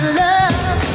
love